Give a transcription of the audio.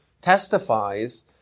testifies